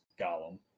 Gollum